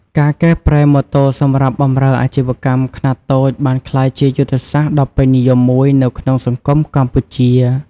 ការកែប្រែម៉ូតូសម្រាប់បម្រើអាជីវកម្មខ្នាតតូចបានក្លាយជាយុទ្ធសាស្ត្រដ៏ពេញនិយមមួយនៅក្នុងសង្គមកម្ពុជា។